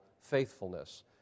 faithfulness